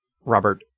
robert